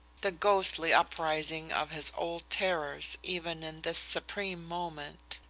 the ghostly uprising of his old terrors even in this supreme moment.